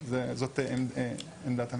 זאת עמדת המשרד.